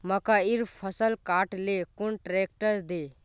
मकईर फसल काट ले कुन ट्रेक्टर दे?